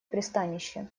пристанище